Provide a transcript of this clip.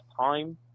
time